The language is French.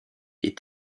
est